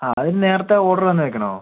ആ അതിന് നേരത്തെ ഓർഡർ തന്ന് വെക്കണോ